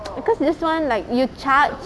because this [one] like you chat